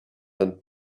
than